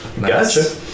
Gotcha